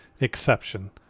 exception